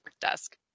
desk